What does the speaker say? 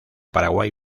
paraguay